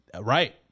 Right